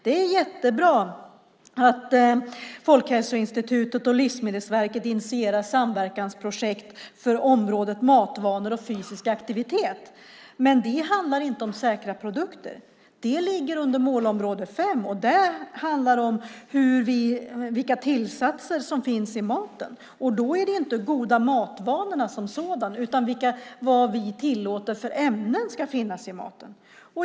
Det är jättebra att Folkhälsoinstitutet och Livsmedelsverket initierar samverkansprojekt för området matvanor och fysisk aktivitet. Men det handlar inte om säkra produkter. Det ligger under målområde 5 och handlar om vilka tillsatser som finns i maten. Det handlar inte om de goda matvanorna som sådana utan vilka ämnen vi tillåter i maten.